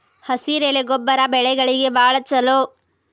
ಹಸಿರೆಲೆ ಗೊಬ್ಬರ ಬೆಳೆಗಳಿಗೆ ಬಾಳ ಚಲೋ